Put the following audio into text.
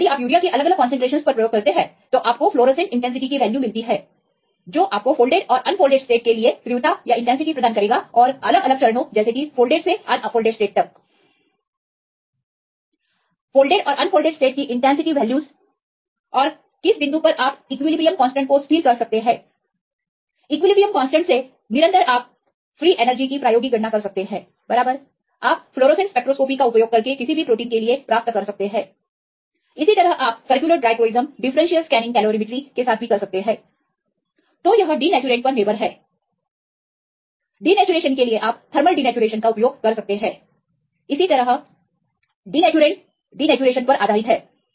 इसलिए यदि आप यूरिया की अलग अलग कंसंट्रेशनस पर प्रयोग करते हैं तो आपको फ्लोरोसेंट इंटेंसिटी वाले मान मिलते हैं जो आपको फोल्डेड स्टेट और अनफोल्डेड स्टेट के लिए तीव्रता प्रदान करेगा और अलग अलग चरणों को फोल्डेड से अनफोल्ड स्टेट तक फोल्डेड स्टेट और अनफोल्डेड स्टेट की तीव्रता के मानों से प्रकट स्थिति और किसी भी बिंदु पर आप इक्विलिब्रियम कांस्टेंट को स्थिर कर सकते हैं और इक्विलिब्रियम कांस्टेंट से निरंतर आप फ्री एनर्जी की प्रायोगिक गणना कर सकते हैं बराबर आप फ्लोरोसेंट स्पेक्ट्रोस्कोपी का उपयोग करके किसी भी प्रोटीन के लिए प्राप्त कर सकते हैं इसी तरह आप सरकुलर डाइक्रोईस्म और डिफरेंशियल स्कैनिंग कैलोरीमेट्रीdifferential scanning calorimetery के साथ कर सकते हैं तो यह डीनेचूरेंट पर निर्भर है डीनेचूरेशन आप के लिए थर्मल विकृतीकरण का उपयोग कर सकते हैं इसी तरह denaturant विकृतीकरण पर आधारित है